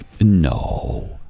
no